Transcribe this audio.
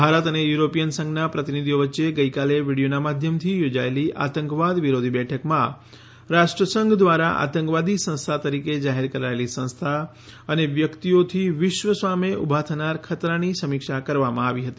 ભારત અને યુરોપીયન સંધનાં પ્રતિનિધીઓ વચ્ચે ગઈકાલે વિડિયોનાં માધ્યમથી યોજાયેલી આતંકવાદ વિરોધી બેઠકમાં રાષ્ટ્રસંધ દ્રારા આતંકવાદી સંસ્થા તરીકે જાહેર કરાયેલી સંસ્થા અને વ્યક્તિઓથી વિશ્ન સામે ઉભા થનાર ખતરાની સમિક્ષા કરવામાં આવી હતી